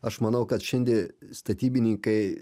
aš manau kad šiandie statybininkai